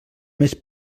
més